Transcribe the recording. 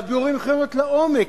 והדיונים יכולים להיות לעומק,